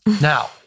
Now